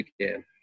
again